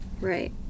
Right